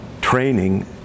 training